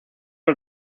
los